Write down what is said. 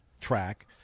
track